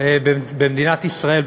במדינת ישראל,